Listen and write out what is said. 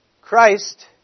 Christ